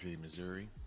Missouri